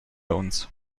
uns